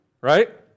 right